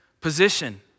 position